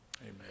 Amen